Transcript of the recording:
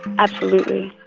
absolutely.